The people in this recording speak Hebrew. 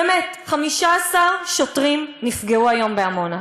באמת, 15 שוטרים נפגעו היום בעמונה.